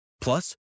Plus